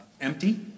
empty